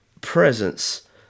presence